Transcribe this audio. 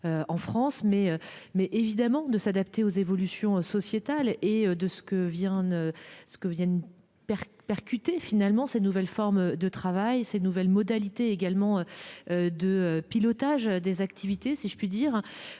En France, mais, mais évidemment de s'adapter aux évolutions sociétales et de ce que vient de ce que viennent. Percuter finalement ces nouvelles formes de travail ces nouvelles modalités également. De pilotage des activités si je puis dire.